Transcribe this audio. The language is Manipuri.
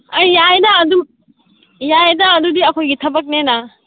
ꯑꯩ ꯌꯥꯏꯌꯦꯗ ꯑꯗꯨ ꯌꯥꯏꯌꯦꯗ ꯑꯗꯨꯗꯤ ꯑꯩꯈꯣꯏꯒꯤ ꯊꯕꯛꯅꯤꯅ